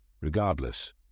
Regardless